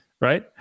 right